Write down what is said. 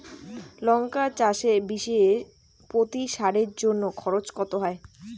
লঙ্কা চাষে বিষে প্রতি সারের জন্য খরচ কত হয়?